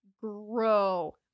grow